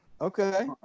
Okay